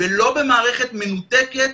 ולא במערכת מנותקת,